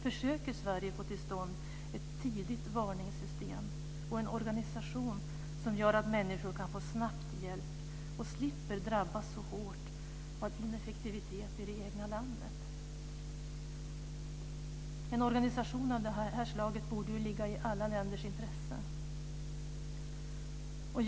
Försöker Sverige få till stånd ett tidigt varningssystem och en organisation som gör att människor snabbt kan få hjälp och slipper drabbas så hårt av ineffektivitet i det egna landet? En organisation av det här slaget borde ju ligga i alla länders intresse.